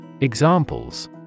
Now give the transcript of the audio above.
Examples